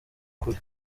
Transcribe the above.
kure